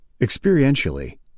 Experientially